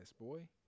boy